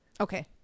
okay